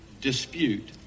dispute